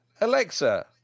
Alexa